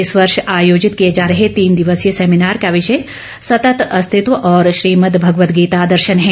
इस वर्ष आयोजित ं किए जा रहे तीन दिवसीय सैमीनार का विषय सतत अस्तित्व और श्रीमद भगवद गीता दर्शन है